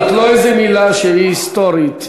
זאת לא מילה היסטורית,